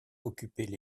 occupaient